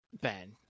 Ben